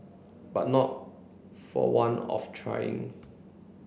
but not for want of trying